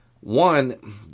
one